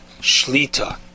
Shlita